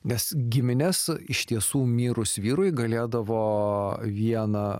nes giminės iš tiesų mirus vyrui galėdavo vieną